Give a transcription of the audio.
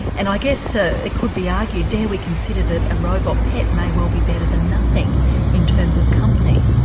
and i guess ah it could be argued, dare we consider that a robot pet may well be better than nothing in terms of company?